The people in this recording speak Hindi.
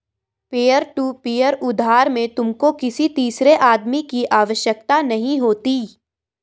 पीयर टू पीयर उधार में तुमको किसी तीसरे आदमी की आवश्यकता नहीं होती